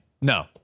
no